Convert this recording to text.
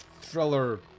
thriller